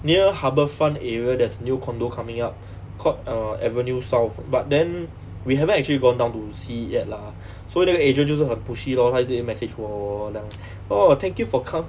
near harbourfront area there's a new condominium coming up called uh avenue south but then we haven't actually gone down to see yet lah so 那个 agent 就是很 pushy lor everyday message 我 like oh thank you for com~